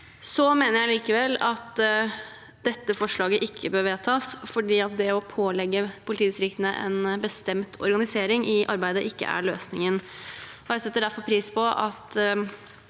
Jeg mener likevel at dette forslaget ikke bør vedtas fordi det å pålegge politidistriktene en bestemt organisering i arbeidet ikke er løsningen. Jeg setter derfor pris på at